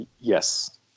Yes